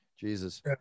jesus